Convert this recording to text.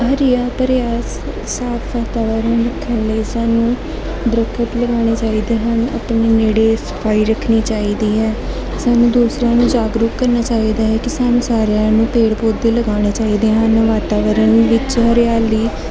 ਹਰਿਆ ਭਰਿਆ ਸ ਸਾਫ਼ ਵਾਤਾਵਰਨ ਰੱਖਣ ਲਈ ਸਾਨੂੰ ਦਰਖਤ ਲਗਾਉਣੇ ਚਾਹੀਦੇ ਹਨ ਆਪਣੇ ਨੇੜੇ ਸਫ਼ਾਈ ਰੱਖਣੀ ਚਾਹੀਦੀ ਹੈ ਸਾਨੂੰ ਦੂਸਰਿਆਂ ਨੂੰ ਜਾਗਰੂਕ ਕਰਨਾ ਚਾਹੀਦਾ ਹੈ ਕਿ ਸਾਨੂੰ ਸਾਰਿਆਂ ਨੂੰ ਪੇੜ ਪੌਦੇ ਲਗਾਉਣੇ ਚਾਹੀਦੇ ਹਨ ਵਾਤਾਵਰਨ ਵਿੱਚ ਹਰਿਆਲੀ